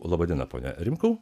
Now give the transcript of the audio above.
laba diena pone rimkau